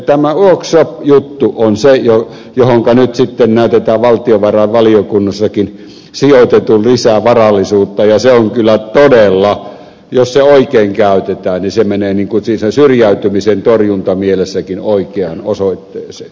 tämä workshop juttu on se johonka nyt sitten näyttää valtiovarainvaliokunnassakin sijoitetun lisää varallisuutta ja se kyllä todella jos se oikein käytetään menee syrjäytymisen torjunnan mielessäkin oikeaan osoitteeseen